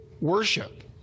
worship